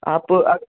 आप